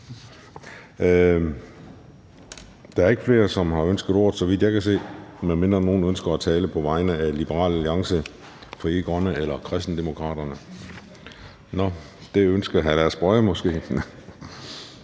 Der er ikke flere, som har ønsket ordet, så vidt jeg kan se, medmindre nogle ønsker at tale på vegne af Liberal Alliance, Frie Grønne eller Kristendemokraterne. Det ønsker hr. Lars Boje Mathiesen måske?